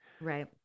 Right